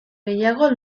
gehiago